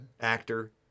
Actor